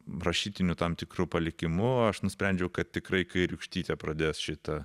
rašytiniu tam tikru palikimu aš nusprendžiau kad tikrai kairiūkštytė pradės šitą